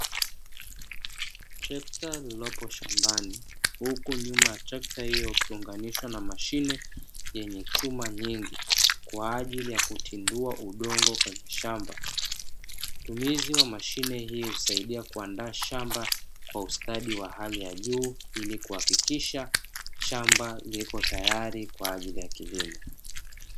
Trekta lililopo shambani huku nyuma ya trekta hilo likiunganishwa na mashine yenye chuma nyingi kwa ajili ya kutindua udongo. Matumizi ya mashine hiyo husaidia kuandaa shamba ili kuhakikisha shamba lipo tayari kwa ajili ya kilimo.